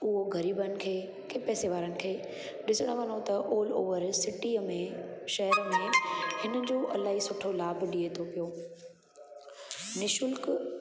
उहो ग़रीबनि खे के पैसे वारनि खे ॾिसणु वञू त ऑलओवर सिटीअ में शहर में इनजो अलाई सुठो लाभ ॾिये थो पियो निःशुल्क